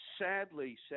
sadly